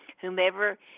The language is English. whomever